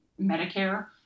Medicare